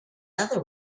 other